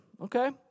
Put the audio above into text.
okay